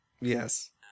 Yes